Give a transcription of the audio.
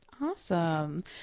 awesome